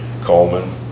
Coleman